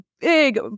big